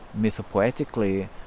mythopoetically